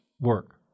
work